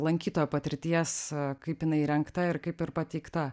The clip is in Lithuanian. lankytojo patirties kaip jinai įrengta ir kaip ir pateikta